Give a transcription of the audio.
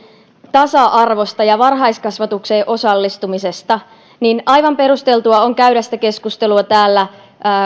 tasa arvosta ja varhaiskasvatukseen osallistumisesta niin on aivan perusteltua käydä täällä